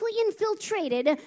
infiltrated